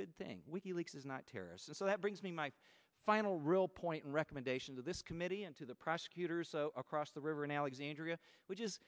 good thing wiki leaks is not terrorists and so that brings me my final real point recommendation to this committee and to the prosecutors across the river in alexandria which is